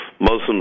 muslims